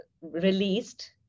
released